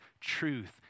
truth